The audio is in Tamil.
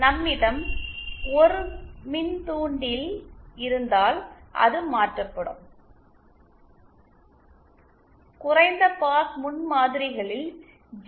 நம்மிடம் ஒரு மின்தூண்டி எல் இருந்தால் அது மாற்றப்படும் குறைந்த பாஸ் முன்மாதிரிகளில் ஜி